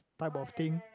type of thing